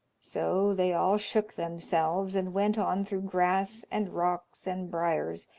so they all shook themselves, and went on through grass, and rocks, and briars,